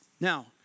Now